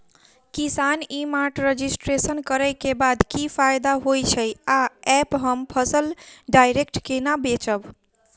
किसान ई mart registration करै केँ बाद की फायदा होइ छै आ ऐप हम फसल डायरेक्ट केना बेचब?